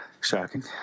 Shocking